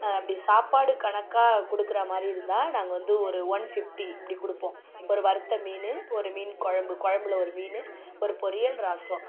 அப்படி சாப்பாடு கணக்கா கொடுக்குறமாதிரி இருந்தால் நாங்கள் வந்து ஒரு ஒன் ஃபிஃப்டி இப்படி கொடுப்போம் ஒரு வறுத்த மீன் ஒரு மீன் குழம்பு குழம்பில் ஒரு மீன் ஒரு பொரியல் ரசம்